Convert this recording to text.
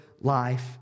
life